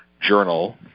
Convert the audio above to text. journal